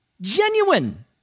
genuine